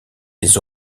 des